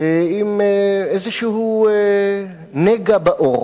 עם איזה נגע בעור.